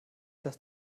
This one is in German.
dass